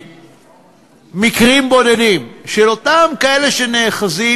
מקרים בודדים של אותם כאלה שנאחזים.